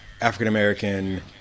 African-American